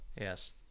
yes